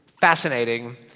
fascinating